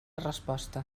resposta